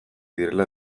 direla